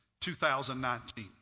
2019